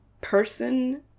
person